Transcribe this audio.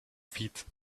feet